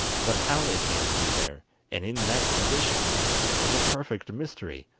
but how they came to be there and in that condition was a perfect mystery.